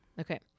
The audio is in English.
Okay